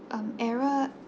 um error